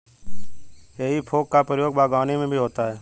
हेइ फोक का प्रयोग बागवानी में भी होता है